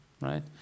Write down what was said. right